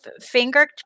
finger